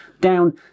down